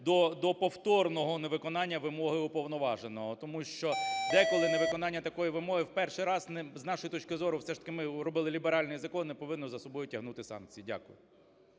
до повторного невиконання вимоги уповноваженого, тому що деколи невиконання такої вимоги в перший раз, з нашої точки зору, все ж таки ми робили ліберальний закон, не повинно за собою тягнути санкції. Дякую.